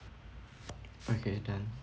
okay done